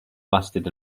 lasted